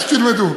זה, שתלמדו.